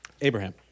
Abraham